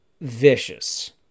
Vicious